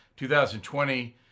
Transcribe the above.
2020